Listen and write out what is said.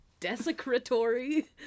Desecratory